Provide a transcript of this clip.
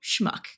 Schmuck